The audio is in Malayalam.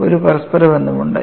ഒരു പരസ്പര ബന്ധമുണ്ട്